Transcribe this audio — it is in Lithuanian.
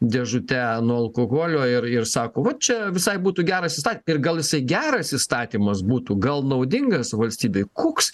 dėžute nuo alkoholio ir ir sako va čia visai būtų geras įsta gal jisai geras įstatymas būtų gal naudingas valstybei koks